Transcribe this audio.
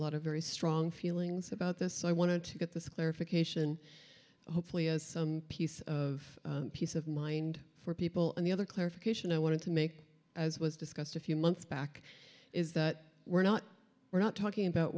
lot of very strong feelings about this so i wanted to get this clarification hopefully as some piece of piece of mind for people on the other clarification i wanted to make as was discussed a few months back is that we're not we're not talking about